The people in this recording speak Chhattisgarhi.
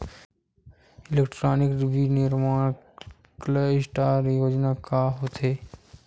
इलेक्ट्रॉनिक विनीर्माण क्लस्टर योजना का होथे?